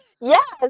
Yes